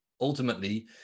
ultimately